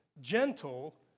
gentle